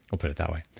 we'll put it that way.